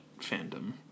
fandom